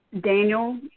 Daniel